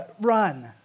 run